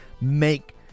make